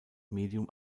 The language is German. medium